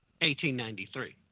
1893